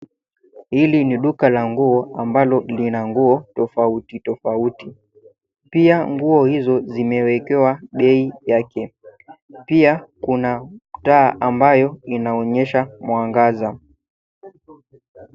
Hili ni duka la nguo, ambalo lina nguo tofauti, tofauti. Pia nguo hizo zimewekewa bei yake. Pia kuna taa ambayo inaonyesha mwangaza.